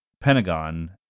Pentagon